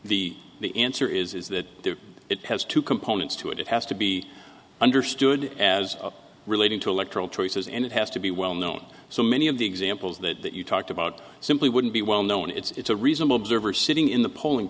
the the answer is that it has two components to it it has to be understood as relating to electoral choices and it has to be well known so many of the examples that you talked about simply wouldn't be well known it's a reasonable observer sitting in the polling